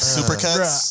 Supercuts